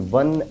one